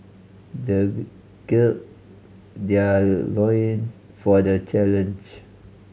the gird their loins for the challenge